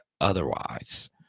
otherwise